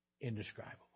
indescribable